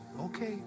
Okay